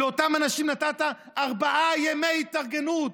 לאותם אנשים נתת ארבעה ימי התארגנות.